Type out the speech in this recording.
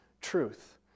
truth